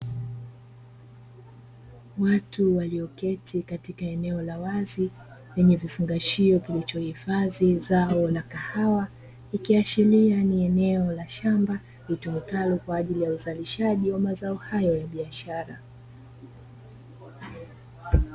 Watu walioketi katika eneo la wazi lenye vifungashio vinavyohifadhi zao la kahawa, ikiashiria ni eneo la shamba litumikalo kwa ajili ya uzalishaji wa mazao hayo ya biashara.